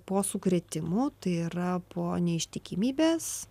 po sukrėtimų tai yra po neištikimybės